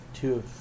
two